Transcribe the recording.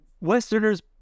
Westerners